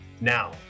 now